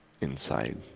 inside